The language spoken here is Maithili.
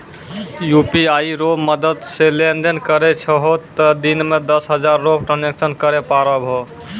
यू.पी.आई रो मदद से लेनदेन करै छहो तें दिन मे दस हजार रो ट्रांजेक्शन करै पारभौ